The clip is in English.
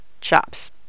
chops